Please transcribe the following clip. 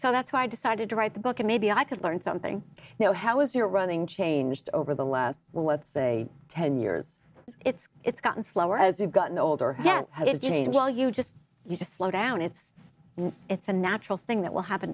so that's why i decided to write the book and maybe i could learn something you know how is your running changed over the last let's say ten years it's it's gotten slower as you've gotten older yes well you just you just slow down it's it's a natural thing that will happen